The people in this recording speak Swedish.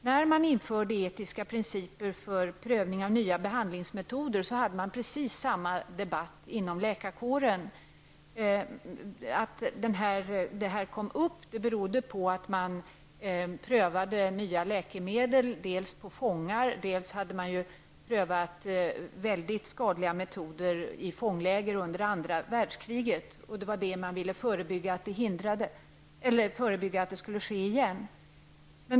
När vi införde etiska principer för prövning av nya behandlingsmetoder hade man precis samma debatt inom läkarkåren. Att frågan kom upp berodde på att man dels prövat nya läkemedel på fångar, dels hade prövat väldigt skadliga metoder i fånglägren under andra världskriget. Man ville förebygga och förhindra att detta skulle ske igen.